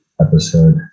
episode